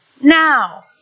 now